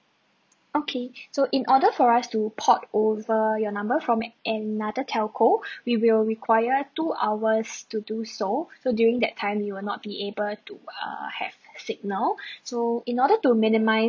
okay so in order for us to port over your number from another telco we will require two hours to do so so during that time you will not be able to err have signal so in order to minimise